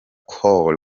cole